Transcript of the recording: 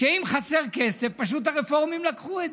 שאם חסר כסף, הרפורמים לקחו אותו.